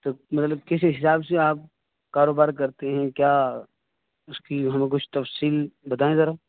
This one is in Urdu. تو مطلب کس حساب سے آپ کاروبار کرتے ہیں کیا اس کی ہمیں کچھ تفصیل بتائیں ذرا